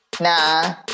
Nah